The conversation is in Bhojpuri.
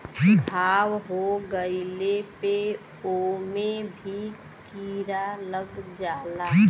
घाव हो गइले पे ओमे भी कीरा लग जाला